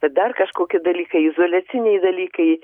dar kažkokie dalykai izoliaciniai dalykai